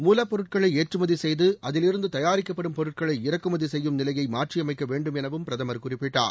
மூலப் பொருட்களை ஏற்றுமதி செய்து அதிலிருந்து தயாரிக்கப்படும் பொருட்களை இறக்குமதி செய்யும் நிலையை மாற்றியமைக்க வேண்டும் எனவும் பிரதமர் குறிப்பிட்டார்